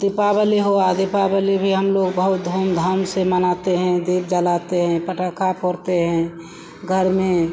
दीपावाली हुई दीपावली भी हमलोग बहुत धूमधाम से मनाते हैं दीप जलाते हैं पटाखा फोड़ते हैं घर में